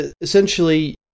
essentially